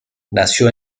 nació